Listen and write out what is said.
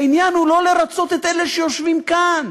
העניין הוא לא לרצות את אלה שיושבים כאן.